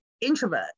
introvert